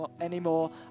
anymore